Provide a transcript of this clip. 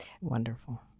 Wonderful